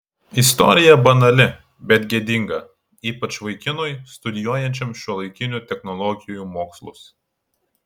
istorija banali bet gėdinga ypač vaikinui studijuojančiam šiuolaikinių technologijų mokslus